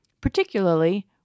particularly